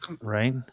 Right